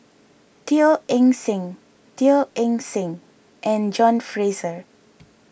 Teo Eng Seng Teo Eng Seng and John Fraser